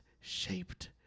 shaped